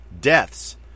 Deaths